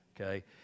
okay